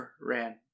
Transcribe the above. ran